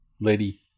Lady